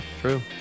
true